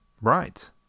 Right